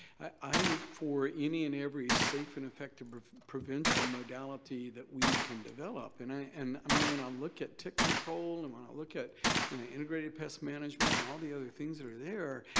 i'm for any and every safe and effective prevention modality that we can develop and i. and i mean when i look at tick control and when i look at you know integrated pest management and all the other things that are there,